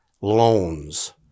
loans